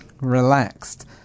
relaxed